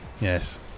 yes